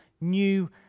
new